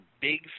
big